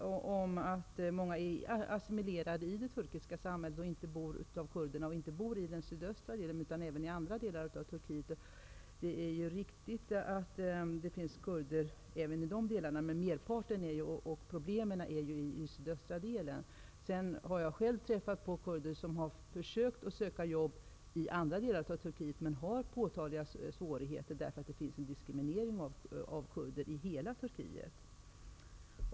När det sägs att många kurder har assimilerats i det turkiska samhället och att de inte bara bor i de sydöstra delarna av Turkiet utan även i andra delar. Det är riktigt, men merparten av kurderna och därmed problemen finns i de sydöstra delarna. Jag har själv träffat kurder som har försökt söka arbete i andra delar av Turkiet, men de har påtagliga svårigheter, på grund av att det sker en diskriminiering av kurder i hela Turkiet.